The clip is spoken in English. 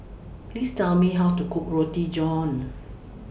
Please Tell Me How to Cook Roti John